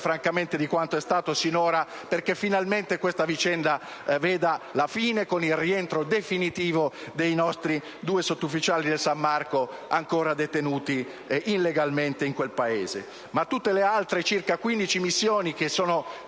francamente, di quanto è stato finora, perché finalmente questa vicenda veda la fine con il rientro definitivo dei nostri due sottufficiali del San Marco ancora detenuti illegalmente in quel Paese. Tutte le altre missioni, circa 15, che sono